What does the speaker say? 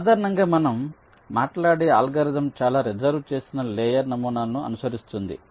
సాధారణంగా మనం మాట్లాడే అల్గోరిథం చాలా రిజర్వు చేసిన లేయర్ నమూనాను అనుసరిస్తుంది